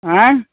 आँय